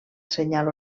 senyal